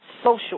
social